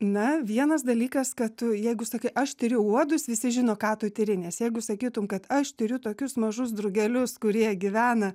na vienas dalykas kad tu jeigu sakai aš tiriu uodus visi žino ką tu tiri nes jeigu sakytum kad aš tiriu tokius mažus drugelius kurie gyvena